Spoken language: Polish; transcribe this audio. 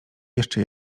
jeszcze